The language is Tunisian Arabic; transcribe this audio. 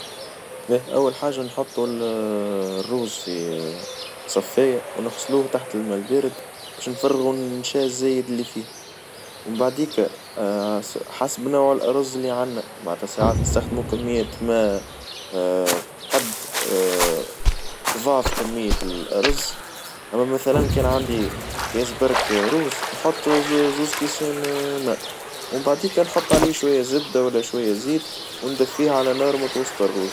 أول حاجة نحطو الروز في صفاية ونغسلوه تحت الما البارد باش نفرغو النشا الزايد الفيه ومن بعديكا حسب نوع الأرز لي عندنا معنتها ساعات نستخدمو كمية ماء قد ظعف كمية الأرز أما مثلًا كان عندي كياس برك روز نحط زوس كيسين ماء ومن بعديكا نحط شوية زبدة والا شوية زيت وندفيه على نار متوسطة الروز.